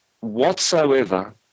whatsoever